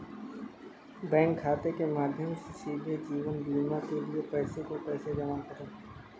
Bank खाते के माध्यम से सीधे जीवन बीमा के लिए पैसे को कैसे जमा करें?